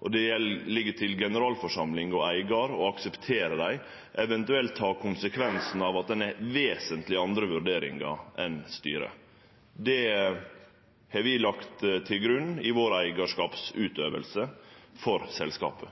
og det ligg til generalforsamling og eigar å akseptere dei, eventuelt ta konsekvensen av at ein har vesentleg andre vurderingar enn styret. Det har vi lagt til grunn i vår eigarskapsutøving for selskapet.